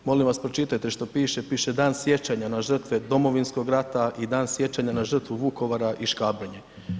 Molim vas pročitajte što piše, piše Dan sjećanja na žrtve Domovinskog rata i Dan sjećanja na žrtvu Vukovara i Škabrnje.